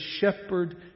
shepherd